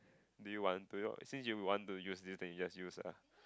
do you want to or since you would want to use this then you just use ah